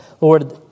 Lord